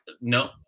no